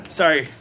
sorry